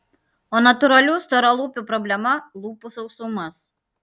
o natūralių storalūpių problema lūpų sausumas